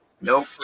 Nope